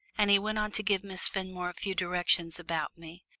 and he went on to give miss fenmore a few directions about me,